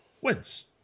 wins